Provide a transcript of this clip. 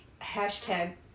hashtag